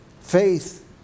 Faith